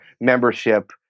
membership